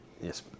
Yes